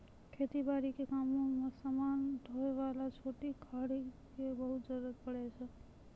खेती बारी के कामों मॅ समान ढोय वाला छोटो गाड़ी के बहुत जरूरत पड़ै छै